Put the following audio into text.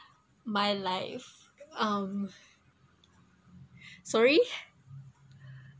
my life um sorry